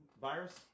Virus